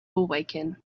awaken